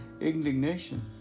indignation